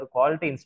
Quality